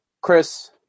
Chris